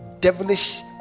devilish